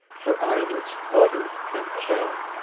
her eyelids fluttered and fell.